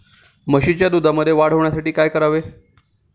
म्हशीच्या दुधात वाढ होण्यासाठी काय करावे?